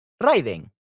Raiden